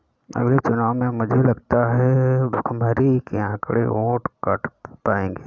अगले चुनाव में मुझे लगता है भुखमरी के आंकड़े वोट काट पाएंगे